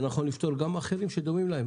נכון לפטור גם אחרים שדומים להם.